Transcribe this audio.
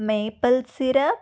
maple syrup